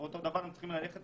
אותו דבר הם צריכים ללכת